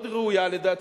מאוד ראויה לדעתי,